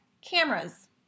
cameras